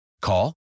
Call